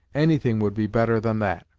anything would be better than that.